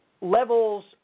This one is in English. levels